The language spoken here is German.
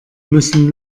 müssen